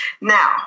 Now